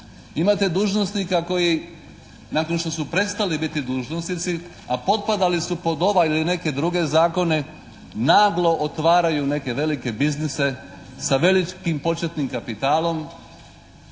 Imate dužnosnika koji nakon što su prestali biti dužnosnici, a potpadali su pod ovaj ili neke druge zakone naglo otvaraju neke velike biznise sa velikim početnim kapitalom